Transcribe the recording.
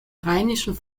rheinischen